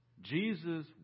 Jesus